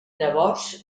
llavors